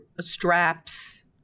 straps